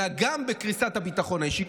אלא גם בקריסת הביטחון האישי,